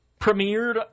premiered